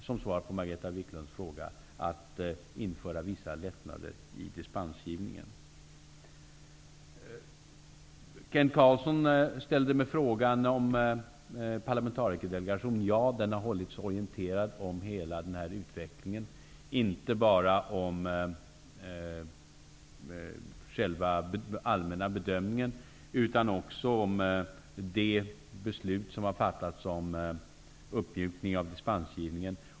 Som svar på Margareta Viklunds fråga kan jag säga att beslut har fattats om vissa lättnader i dispensgivningen. Kent Carlsson ställde en fråga om parlamentarikerdelegationen. Ja, den har hållits orienterad om hela utvecklingen, inte bara om den allmänna bedömningen utan också om de beslut som har fattats om uppmjukningen av dispensgivningen.